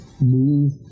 move